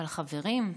אבל חברים,